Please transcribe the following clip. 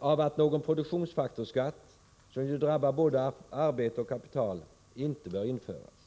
att någon produktionsfaktorsskatt — som ju drabbar både arbete och kapital — inte bör införas.